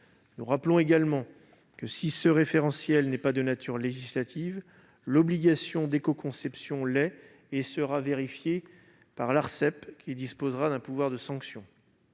Nous rappelons également que, si ce référentiel n'est pas de nature législative, l'obligation d'écoconception l'est et sera vérifiée par l'Arcep, qui disposera d'un pouvoir de sanction.